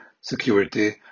security